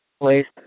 placed